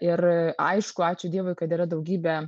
ir aišku ačiū dievui kad yra daugybė